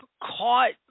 caught